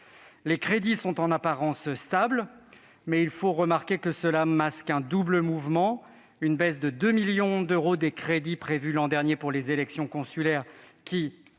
Les crédits sont, en apparence, stables, mais il faut remarquer que cela masque un double mouvement : une baisse de 2 millions des crédits prévus l'année dernière pour les élections consulaires,